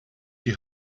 die